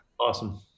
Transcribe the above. Awesome